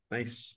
Nice